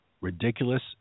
ridiculous